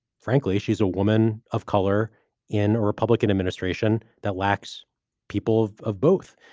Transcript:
frankly, she's a woman of color in a republican administration that lacks people of both.